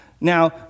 Now